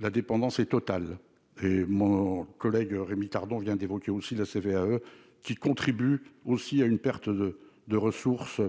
la dépendance est totale et mon collègue Rémi Cardon vient viens d'évoquer aussi la CVAE qui contribue aussi à une perte de de ressources.